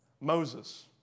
Moses